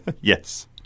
Yes